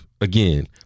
again